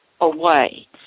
away